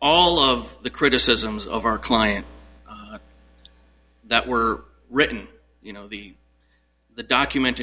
all of the criticisms of our client that were written you know the the document